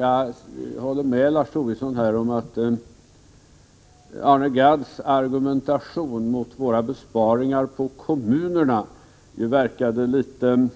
Jag håller med Lars Tobisson om att Arne Gadds argumentation mot våra besparingar på det kommunala området verkar litet